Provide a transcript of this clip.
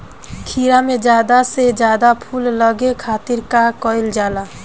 खीरा मे ज्यादा से ज्यादा फूल लगे खातीर का कईल जाला?